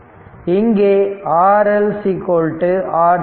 இங்கே RL RThevenin